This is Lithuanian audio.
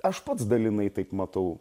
aš pats dalinai taip matau